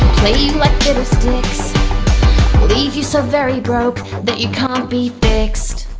play you like fiddlesticks leave you so very broke that you can't be fixed